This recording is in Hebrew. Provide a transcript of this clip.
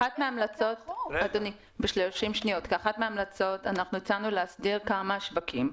כאחת מן ההמלצות הצענו להסדיר כמה שווקים,